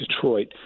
Detroit